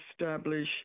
establish